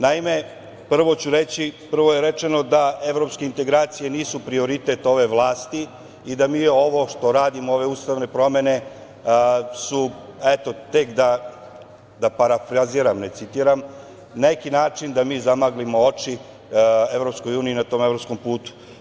Naime, prvo je rečeno da evropske integracije nisu prioritet ove vlasti i da mi ovo što radimo, ove ustavne promene su, eto, tek, da parafraziram, ne citiram, neki način da mi zamaglimo oči Evropskoj uniji na tom evropskom putu.